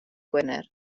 gwener